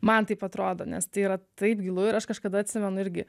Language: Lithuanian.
man taip atrodo nes tai yra taip gilu ir aš kažkada atsimenu irgi